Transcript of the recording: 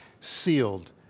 sealed